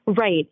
Right